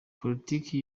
politiki